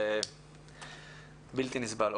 זה בלתי נסבל.